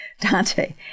Dante